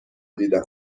دیدم